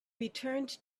returned